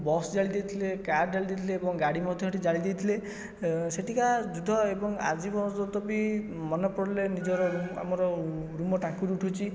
bus ଜାଳି ଦେଇଥିଲେ car ଜାଳି ଦେଇଥିଲେ ଏବଂ ଗାଡ଼ି ମଧ୍ୟ ଏଠି ଜାଳି ଦେଇଥିଲେ ସେଠିକା ଯୁଦ୍ଧ ଏବଂ ଆଜି ପର୍ଯ୍ୟନ୍ତ ବି ମନେ ପଡ଼ିଲେ ନିଜର ଆମର ରୁମ ଟାଙ୍କୁରୀ ଉଠୁଛି